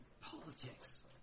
Politics